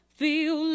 feel